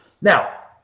Now